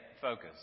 focus